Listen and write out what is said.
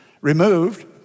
removed